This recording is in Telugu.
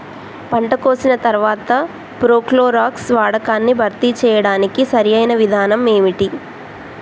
పంట కోసిన తర్వాత ప్రోక్లోరాక్స్ వాడకాన్ని భర్తీ చేయడానికి సరియైన విధానం ఏమిటి?